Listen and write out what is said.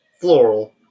floral